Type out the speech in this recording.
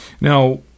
Now